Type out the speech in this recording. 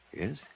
Yes